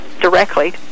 directly